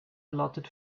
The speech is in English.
allotted